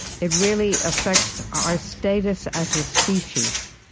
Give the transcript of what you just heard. it really affects our status as a species.